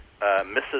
Mrs